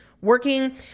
working